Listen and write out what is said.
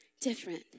different